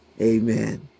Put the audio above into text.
amen